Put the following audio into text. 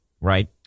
right